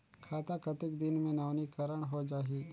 खाता कतेक दिन मे नवीनीकरण होए जाहि??